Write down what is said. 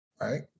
right